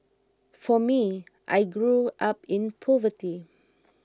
for me I grew up in poverty